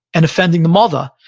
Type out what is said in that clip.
and offending the mother,